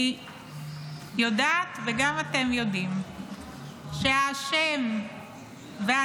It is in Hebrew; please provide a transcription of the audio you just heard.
אני יודעת וגם אתם יודעים שהאשם והנבל